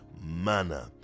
manner